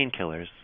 painkillers